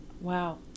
Wow